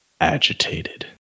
agitated